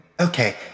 Okay